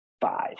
five